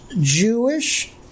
Jewish